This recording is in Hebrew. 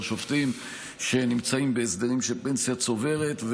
שופטים שנמצאים בהסדרים של פנסיה צוברת,